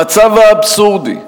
המצב האבסורדי,